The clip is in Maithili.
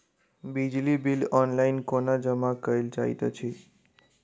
बिजली बिल ऑनलाइन कोना जमा कएल जाइत अछि?